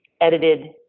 edited